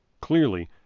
Clearly